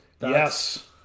yes